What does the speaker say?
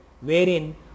wherein